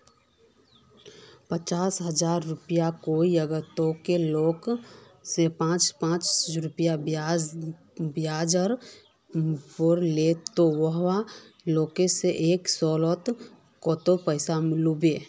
पचास हजार रुपया कोई अगर तोर लिकी से पाँच रुपया ब्याजेर पोर लीले ते ती वहार लिकी से एक सालोत कतेला पैसा लुबो?